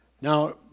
Now